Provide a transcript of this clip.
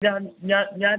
ഞാൻ ഞാൻ ഞാൻ